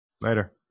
Later